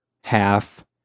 half